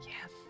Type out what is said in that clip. Yes